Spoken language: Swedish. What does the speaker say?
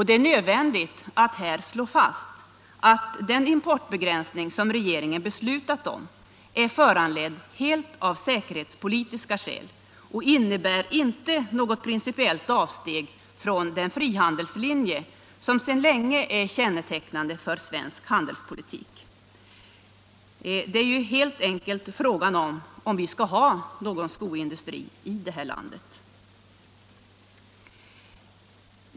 Det är nödvändigt att här slå fast att den importbegränsning som regeringen beslutat om är föranledd helt av säkerhetspolitiska skäl och inte innebär något principiellt avsteg från den frihandelslinje som sedan länge är kännetecknande för svensk handelspolitik. Det är helt enkelt fråga om huruvida vi skall ha någon skoindustri i det här landet.